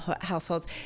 households